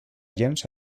gens